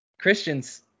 christians